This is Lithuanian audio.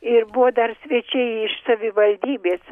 ir buvo dar svečiai iš savivaldybės